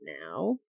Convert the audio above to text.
Now